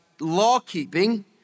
law-keeping